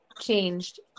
changed